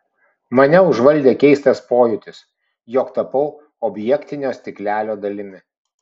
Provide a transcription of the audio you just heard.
mane užvaldė keistas pojūtis jog tapau objektinio stiklelio dalimi